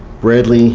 bradley